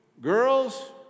girls